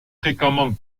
fréquemment